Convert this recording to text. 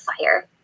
fire